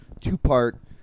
two-part